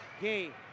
game